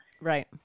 Right